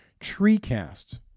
TreeCast